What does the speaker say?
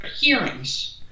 hearings